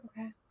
okay